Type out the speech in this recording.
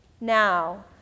now